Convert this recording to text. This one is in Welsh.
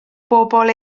bobol